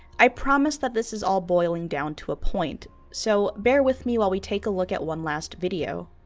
i promise that this is all boiling down to a point. so bear with me while we take a look at one last video.